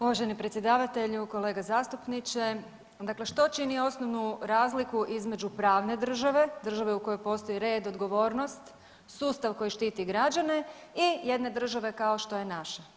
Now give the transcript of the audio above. Uvaženi predsjedavatelju, kolega zastupniče dakle što čini osnovnu razliku između pravne države, države u kojoj postoji red, odgovornost, sustav koji štiti građane i jedne države kao što je naša.